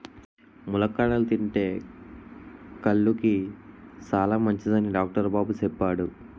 ములక్కాడలు తింతే కళ్ళుకి సాలమంచిదని డాక్టరు బాబు సెప్పాడు